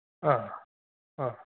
ആ അ